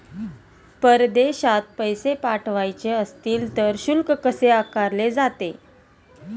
परदेशात पैसे पाठवायचे असतील तर शुल्क कसे आकारले जाते?